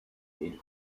played